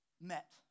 met